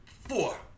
four